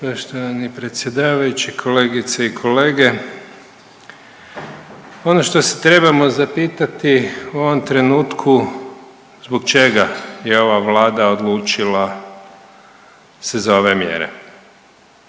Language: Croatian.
Poštovani predsjedavajući, kolegice i kolege. Ono što se trebamo zapitati u ovom trenutku zbog čega je ova vlada odlučila se za ove mjere.